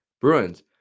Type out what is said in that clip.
Bruins